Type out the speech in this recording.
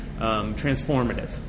transformative